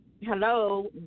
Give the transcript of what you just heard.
Hello